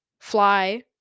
fly